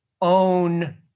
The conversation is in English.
own